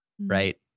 right